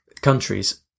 countries